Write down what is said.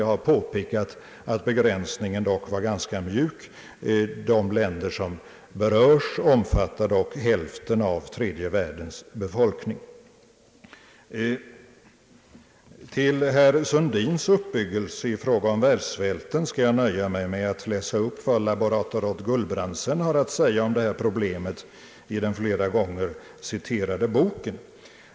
Jag har påpekat att begränsningen dock var ganska mjuk. De länder som berörs omfattar ju hälften av tredje världens befolkning. Till herr Sundins uppbyggelse i fråga om världssvälten skall jag läsa upp vad laborator Odd Guldbrandsen har att säga om detta problem i den flera gånger citerade boken.